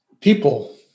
people